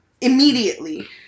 Immediately